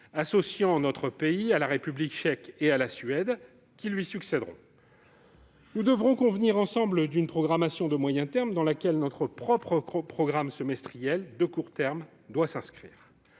associant notre pays à la République tchèque et à la Suède, qui lui succéderont. Nous devrons convenir d'une programmation de moyen terme, dans laquelle inscrire notre propre programme semestriel de court terme. Si